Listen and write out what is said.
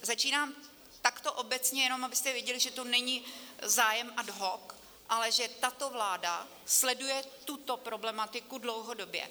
Začínám takto obecně, jenom abyste věděli, že to není zájem ad hoc, ale že tato vláda sleduje tuto problematiku dlouhodobě.